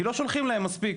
כי לא שולחים להם מספיק.